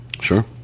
Sure